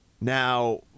now